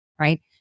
right